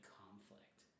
conflict